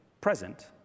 present